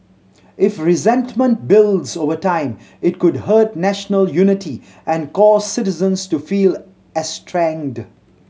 if resentment builds over time it could hurt national unity and cause citizens to feel estranged